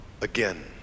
again